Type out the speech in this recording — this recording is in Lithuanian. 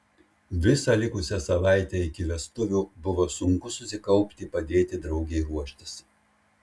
visą likusią savaitę iki vestuvių buvo sunku susikaupti padėti draugei ruoštis